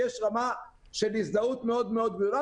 יש רמה של הזדהות מאוד גדול.